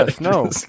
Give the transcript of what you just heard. no